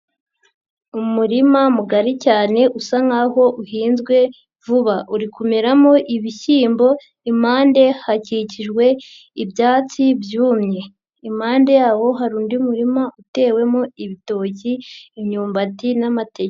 Umurima mugari cyane usa nkaho uhinzwe vuba, uri kumeramo ibishyimbo, impande hakikijwe ibyatsi byumye, impande yawo hari undi murima, utewemo ibitoki, imyumbati n'amateke.